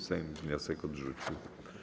Sejm wniosek odrzucił.